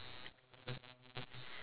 ya correct ya